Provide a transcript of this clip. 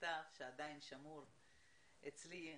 מכתב שעדיין שמור אצלי,